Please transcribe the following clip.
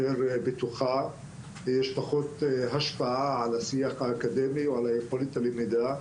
בטוחה ויש פחות השפעה על השיח האקדמי או על יכולת הלמידה.